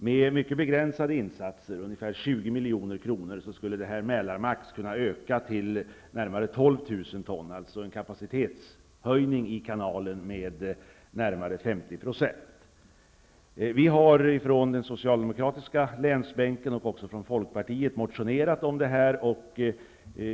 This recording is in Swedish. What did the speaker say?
Med mycket begränsade insatser -- för ungefär 20 milj.kr. -- skulle Mälarmax kunna öka till närmare 12 000 ton, dvs. man skulle kunna åstadkomma en kapacitetshöjning i kanalen med närmare 50 %. Vi har från den socialdemokratiska delen av länsbänken motionerat om det här, och det har man gjort även från Folkpartiet.